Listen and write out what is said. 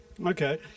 Okay